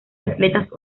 atletas